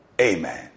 Amen